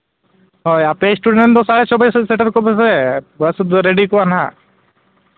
ᱦᱳᱭ ᱟᱯᱮ ᱥᱴᱩᱰᱮᱱᱴ ᱫᱚ ᱥᱟᱲᱮ ᱪᱷᱚ ᱵᱟᱡᱮ ᱥᱮᱫ ᱥᱮᱴᱮᱨ ᱠᱚᱜ ᱯᱮ ᱵᱟᱥ ᱫᱚ ᱨᱮᱰᱤ ᱠᱚᱜᱼᱟ ᱦᱟᱸᱜ